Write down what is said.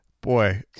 Boy